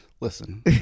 Listen